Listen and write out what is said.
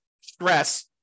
stress